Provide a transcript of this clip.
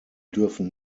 dürfen